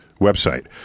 website